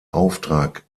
auftrag